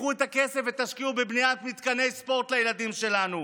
תיקחו את הכסף ותשקיעו בבניית מתקני ספורט לילדים שלנו.